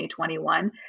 2021